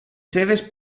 seves